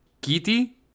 Kitty